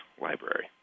Library